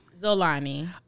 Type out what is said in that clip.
zolani